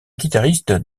guitariste